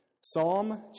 Psalm